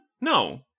No